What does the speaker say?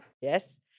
Yes